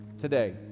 today